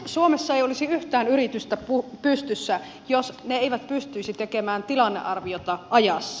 suomessa ei olisi yhtään yritystä pystyssä jos ne eivät pystyisi tekemään tilannearviota ajassa